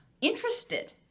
interested